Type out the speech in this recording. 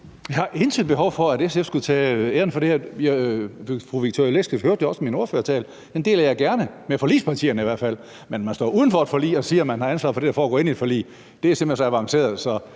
Jeg har intet behov for, at SF skulle tage æren for det. Fru Victoria Velasquez hørte jo også min ordførertale. Den deler jeg gerne, i hvert fald med forligspartierne. Men at man står uden for et forlig og siger, at man har ansvaret for det, der foregår inde i forliget, er simpelt hen så avanceret,